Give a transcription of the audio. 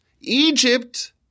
Egypt